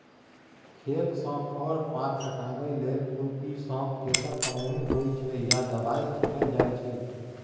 खेतसँ खर पात हटाबै लेल खुरपीसँ खेतक कमौनी होइ छै या दबाइ छीटल जाइ छै